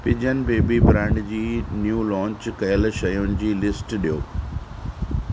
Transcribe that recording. pigeon baby brand जी नयूं launch कयल शयुनि जी लिस्ट ॾियो